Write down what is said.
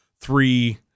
three